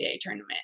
tournament